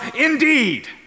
Indeed